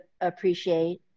appreciate